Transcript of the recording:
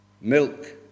Milk